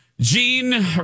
Gene